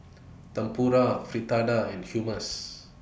Tempura Fritada and Hummus